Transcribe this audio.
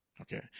Okay